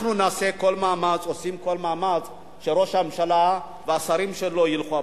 אנחנו עושים כל מאמץ שראש הממשלה והשרים שלו ילכו הביתה.